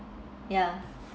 ya